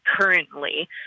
currently